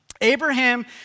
Abraham